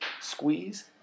squeeze